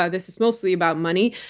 ah this is mostly about money.